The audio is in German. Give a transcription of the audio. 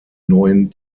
neuen